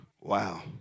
Wow